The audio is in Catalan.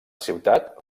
ciutat